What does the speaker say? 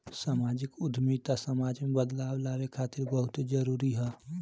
सामाजिक उद्यमिता समाज में बदलाव लावे खातिर बहुते जरूरी ह